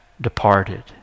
departed